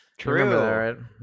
true